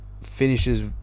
finishes